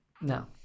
No